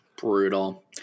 Brutal